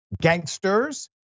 gangsters